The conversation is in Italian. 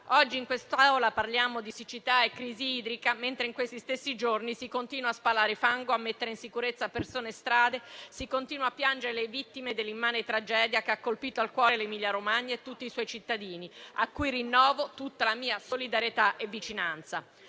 Oggi in quest'Aula parliamo di siccità e crisi idrica, mentre in questi stessi giorni si continua a spalare fango, a mettere in sicurezza persone e strade, si continua a piangere le vittime dell'immane tragedia che ha colpito al cuore l'Emilia-Romagna e tutti i suoi cittadini, a cui rinnovo tutta la mia solidarietà e vicinanza.